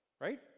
Right